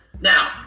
Now